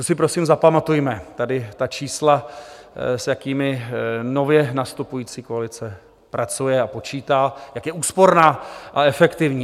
To si prosím zapamatujme, tato čísla, s jakými nově nastupující koalice pracuje a počítá, jak je úsporná a efektivní.